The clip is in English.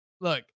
Look